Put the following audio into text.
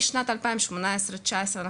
משנת 2018-2018,